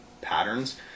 patterns